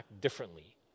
differently